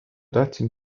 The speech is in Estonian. tahtsin